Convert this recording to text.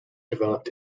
developed